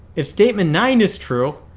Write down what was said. if statement nine is true,